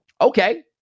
okay